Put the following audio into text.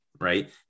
right